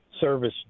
service